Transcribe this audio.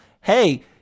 Hey